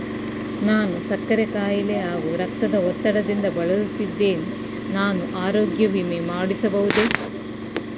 ನಾನು ಸಕ್ಕರೆ ಖಾಯಿಲೆ ಹಾಗೂ ರಕ್ತದ ಒತ್ತಡದಿಂದ ಬಳಲುತ್ತಿದ್ದೇನೆ ನಾನು ಆರೋಗ್ಯ ವಿಮೆ ಮಾಡಿಸಬಹುದೇ?